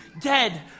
dead